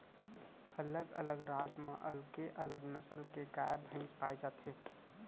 अलग अलग राज म अलगे अलग नसल के गाय भईंस पाए जाथे